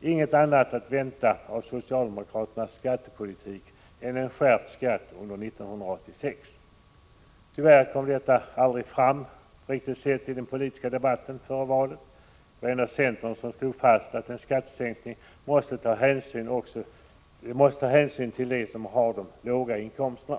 inget annat att vänta av socialdemokraternas skattepolitik än en skärpt skatt under 1986. Tyvärr kom detta aldrig fram i den politiska debatten före valet. Endast centern slog fast, att en skattesänkning måste ta hänsyn också till dem som har låga inkomster.